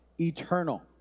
eternal